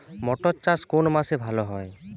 মটর চাষ কোন মাসে ভালো হয়?